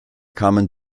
kamen